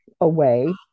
away